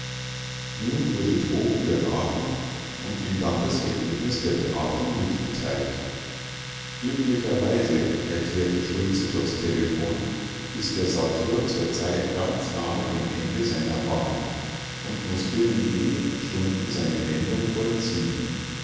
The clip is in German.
nun wurde droben beraten und ihm dann das ergebnis der beratung mitgeteilt glücklicherweise erklärte schultze durchs telephon ist der saturn zur zeit ganz nahe dem ende seiner bahn und muß binnen wenigen stunden seine wendung vollziehen